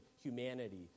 humanity